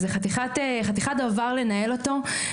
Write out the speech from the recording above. זה חתיכת דבר לנהל אותו.